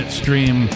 stream